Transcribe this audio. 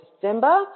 December